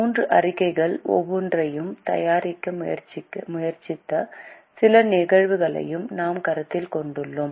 மூன்று அறிக்கைகள் ஒவ்வொன்றையும் தயாரிக்க முயற்சித்த சில நிகழ்வுகளையும் நாம் கருத்தில் கொண்டுள்ளோம்